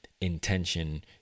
intention